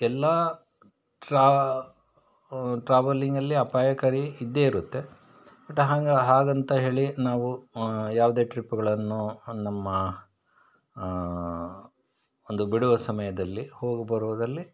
ಎಲ್ಲ ಟ್ರಾ ಟ್ರಾವಲಿಂಗಲ್ಲಿ ಅಪಾಯಕಾರಿ ಇದ್ದೇ ಇರುತ್ತೆ ಬಟ್ ಹಂಗೆ ಹಾಗಂತ ಹೇಳಿ ನಾವು ಯಾವುದೇ ಟ್ರಿಪ್ಪುಗಳನ್ನು ಒಂದ್ ನಮ್ಮ ಒಂದು ಬಿಡುವು ಸಮಯದಲ್ಲಿ ಹೋಗಿ ಬರುವುದರಲ್ಲಿ